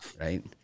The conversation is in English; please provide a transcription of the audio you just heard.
right